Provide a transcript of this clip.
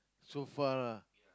so far lah